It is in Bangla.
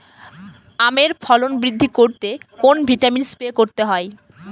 আমের ফলন বৃদ্ধি করতে কোন ভিটামিন স্প্রে করতে হয়?